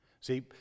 See